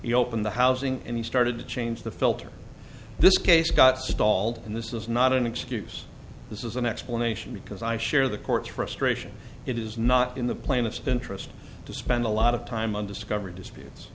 he opened the housing and he started to change the filter this case got stalled and this is not an excuse this is an explanation because i share the court's frustration it is not in the plaintiff's interest to spend a lot of time on discovery disputes